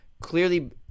clearly